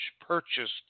purchased